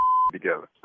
together